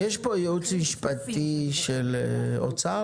יש פה ייעוץ משפטי של אוצר?